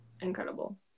Incredible